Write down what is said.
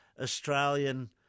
Australian